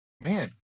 man